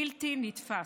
בלתי נתפס.